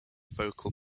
vocal